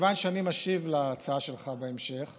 מכיוון שאני משיב על ההצעה שלך בהמשך,